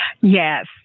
Yes